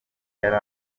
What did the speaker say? yari